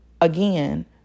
again